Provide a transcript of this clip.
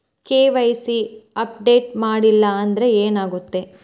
KYC update ಮಾಡಿಲ್ಲ ಅಂದ್ರೆ ಏನಾಗುತ್ತೆ?